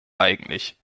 eigentlich